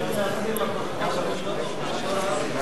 אני רוצה להבהיר לפרוטוקול שאני לא רב ולא דוקטור.